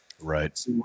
Right